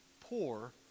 poor